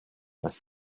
was